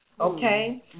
okay